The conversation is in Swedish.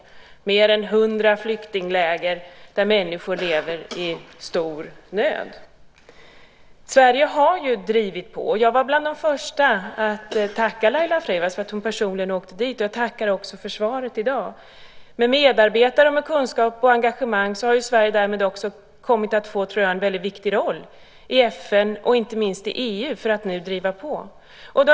Det finns fler än hundra flyktingläger där människor lever i stor nöd. Sverige har ju drivit på. Jag var bland de första att tacka Laila Freivalds för att hon personligen reste dit, och jag tackar också för svaret i dag. Med sin kunskap och sitt engagemang har Sverige kommit att få en väldigt viktig roll i FN, och inte minst i EU, för att nu vara pådrivande.